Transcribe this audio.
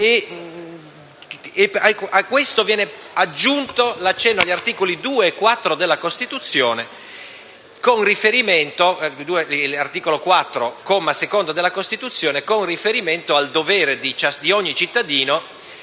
A questo si aggiunge l'accenno all'articolo 4, comma 2, della Costituzione, con riferimento al dovere di ogni cittadino